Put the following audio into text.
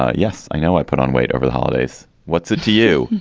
ah yes, i know. i put on weight over the holidays. what's it to you,